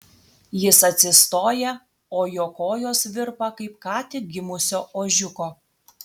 jis atsistoja o jo kojos virpa kaip ką tik gimusio ožiuko